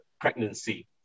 pregnancy